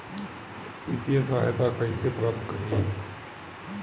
वित्तीय सहायता कइसे प्राप्त करी?